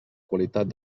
qualitat